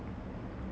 mmhmm